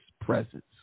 presence